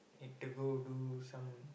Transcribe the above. need to go do some